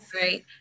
Right